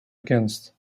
against